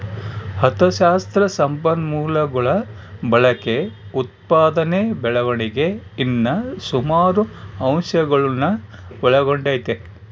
ಅಥಶಾಸ್ತ್ರ ಸಂಪನ್ಮೂಲಗುಳ ಬಳಕೆ, ಉತ್ಪಾದನೆ ಬೆಳವಣಿಗೆ ಇನ್ನ ಸುಮಾರು ಅಂಶಗುಳ್ನ ಒಳಗೊಂಡತೆ